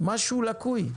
משהו לקוי.